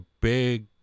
big